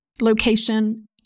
location